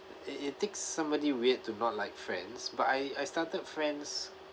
eh it takes somebody weird to not like friends but I I started friends